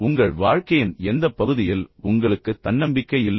உங்கள் வாழ்க்கையின் எந்தப் பகுதியில் உங்களுக்கு தன்னம்பிக்கை இல்லை